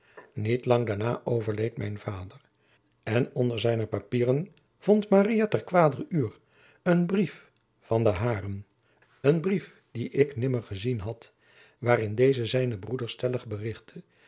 niet lang daarna overleed mijn vader en onder zijne papieren vond maria ter kwader uur een brief van den haren een brief dien ik nimmer gezien had waarin deze zijnen broeder stellig berichtte